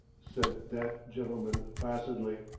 said that gentleman placidly.